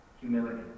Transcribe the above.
Humility